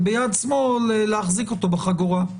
וביד שמאל להחזיק אותו בחגורה.